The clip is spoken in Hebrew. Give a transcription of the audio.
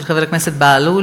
של חבר הכנסת בהלול,